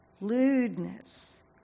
lewdness